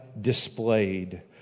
displayed